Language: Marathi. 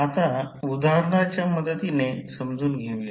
आता उदाहरणाच्या मदतीने समजून घेऊया